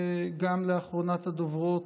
וגם לאחרונת הדוברות,